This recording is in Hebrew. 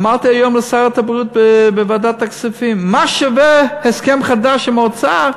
אמרתי היום לשרת הבריאות בוועדת הכספים: מה שווה הסכם חדש עם האוצר?